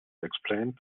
explained